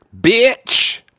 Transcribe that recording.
Bitch